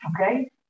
okay